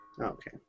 Okay